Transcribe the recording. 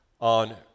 on